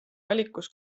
valikus